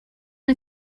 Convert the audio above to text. una